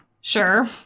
Sure